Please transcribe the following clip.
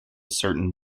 certain